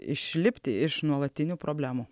išlipti iš nuolatinių problemų